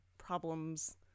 problems